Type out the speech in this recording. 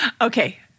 Okay